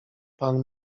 pan